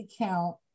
account